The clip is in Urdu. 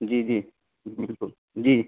جی جی بالکل جی